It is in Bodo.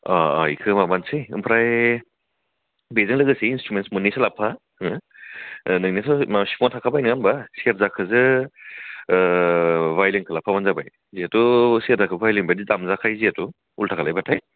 ओह ओह बेखौ माबानोसै ओमफ्राय बेजों लोगोसे इन्सट्रुमेन्स मोन्नैसो लाबोफा नोङो ओह नोंनोथ' माबा सिफुंआ थाखाबाय नङा होनबा सेरजाखौसो ओह भाय'लिनखौ लाबोफाबानो जाबाय जिहेथु सेरजाखौ भाय'लिन बादि दामजाखायो जिहेथु उल्था खालायबाथाय